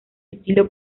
estilo